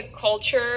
culture